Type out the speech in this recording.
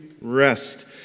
rest